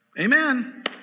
Amen